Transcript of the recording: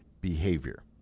behavior